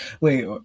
Wait